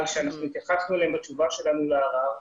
שהתייחסנו אליהם בתשובה שלנו לערר.